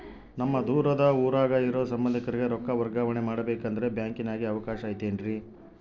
ನಮ್ಮ ದೂರದ ಊರಾಗ ಇರೋ ಸಂಬಂಧಿಕರಿಗೆ ರೊಕ್ಕ ವರ್ಗಾವಣೆ ಮಾಡಬೇಕೆಂದರೆ ಬ್ಯಾಂಕಿನಾಗೆ ಅವಕಾಶ ಐತೇನ್ರಿ?